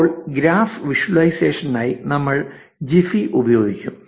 ഇപ്പോൾ ഗ്രാഫ് വിഷ്വലൈസേഷനായി നമ്മൾ ജിഫി ഉപയോഗിക്കും